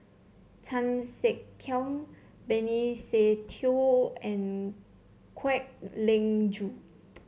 Chan Sek Keong Benny Se Teo and Kwek Leng Joo